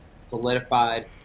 solidified